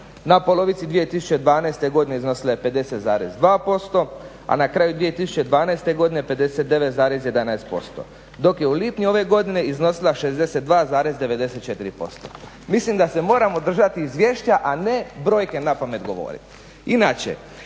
na polovici 2012. godine iznosila je 50,2%, a na kraju 2012. godine 59,11%, dok je u lipnju ove godine iznosila 62,94%. Mislim da se moramo držati izvješća, a ne brojke napamet govoriti.